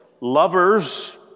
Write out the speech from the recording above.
Lovers